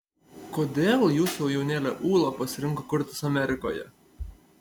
kodėl jūsų jaunėlė ūla pasirinko kurtis amerikoje